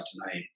tonight